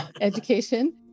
education